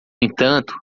entanto